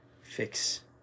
fix